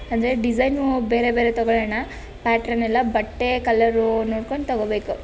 ಅಂದರೆ ಡಿಸೈನ್ ಬೇರೆ ಬೇರೆ ತೊಗೊಳ್ಳೋಣ ಪ್ಯಾಟರ್ನೆಲ್ಲ ಬಟ್ಟೆ ಕಲ್ಲರ್ ನೋಡಿಕೊಂಡು ತೊಗೋಬೇಕು